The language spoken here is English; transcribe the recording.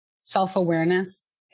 self-awareness